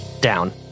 down